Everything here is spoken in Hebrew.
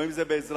או אם זה באזרח,